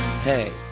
Hey